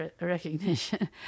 recognition